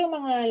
mga